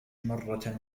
مرة